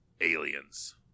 Aliens